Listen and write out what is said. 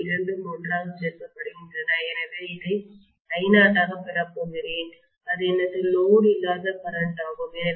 இவை இரண்டும் ஒன்றாகச் சேர்க்கப்படுகின்றன எனவே இதை I0 ஆகப் பெறப் போகிறேன் அது எனது லோடு இல்லாத கரண்ட் ஆகும்